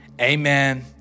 Amen